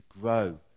grow